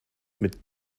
mit